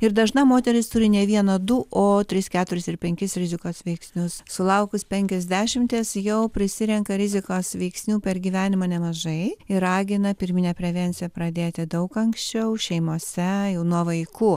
ir dažna moteris turi ne vieną du o tris keturis ir penkis rizikos veiksnius sulaukus penkiasdešimties jau prisirenka rizikos veiksnių per gyvenimą nemažai ir ragina pirminę prevenciją pradėti daug anksčiau šeimose jau nuo vaikų